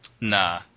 Nah